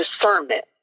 discernment